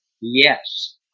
yes